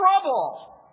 trouble